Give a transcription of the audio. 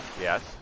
yes